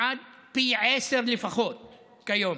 עד פי עשרה לפחות כיום.